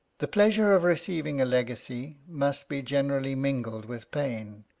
the pleasure of receiving a legacy must be generally mingled with pain,